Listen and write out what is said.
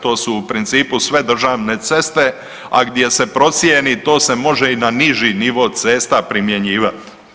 To su u principu sve državne ceste, a gdje se procijeni to se može i na niži nivo cesta primjenjivat.